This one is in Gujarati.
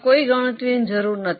કોઈ ગણતરીની જરૂર નથી